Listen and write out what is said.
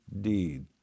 deed